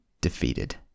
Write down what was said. defeated